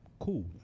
Cool